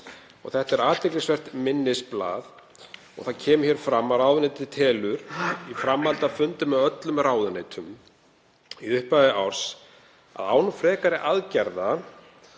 Þetta er athyglisvert minnisblað og það kemur hér fram að ráðuneytið telur, í framhaldi af fundi með öllum ráðuneytum í upphafi árs, að án frekari aðgerða